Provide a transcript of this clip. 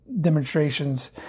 demonstrations